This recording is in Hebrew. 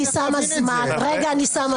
אני שמה זמן עכשיו.